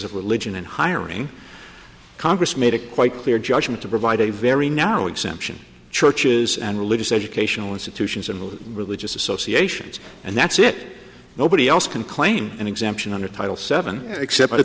of religion in hiring congress made it quite clear judgment to provide a very narrow exemption churches and religious educational institutions and religious associations and that's it nobody else can claim an exemption under title seven except